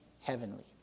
heavenly